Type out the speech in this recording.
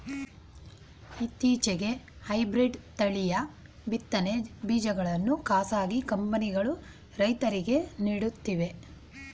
ಇತ್ತೀಚೆಗೆ ಹೈಬ್ರಿಡ್ ತಳಿಯ ಬಿತ್ತನೆ ಬೀಜಗಳನ್ನು ಖಾಸಗಿ ಕಂಪನಿಗಳು ರೈತರಿಗೆ ನೀಡುತ್ತಿವೆ